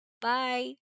Bye